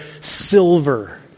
silver